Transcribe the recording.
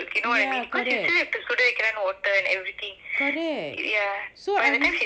ya correct correct so so I'm